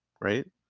right